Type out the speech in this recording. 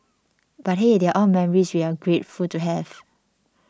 but hey they are all memories we're grateful to have